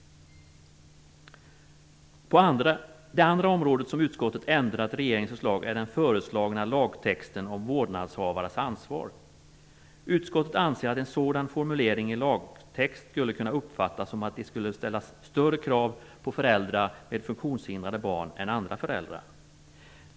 Utskottet har också ändrat på regeringens förslag när det gäller den föreslagna lagtexten om vårdnadshavares ansvar. Utskottet anser att en sådan formulering i lagtext skulle kunna uppfattas som att det skulle ställas högre krav på föräldrar med funktionshindrade barn än på andra föräldrar.